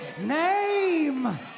name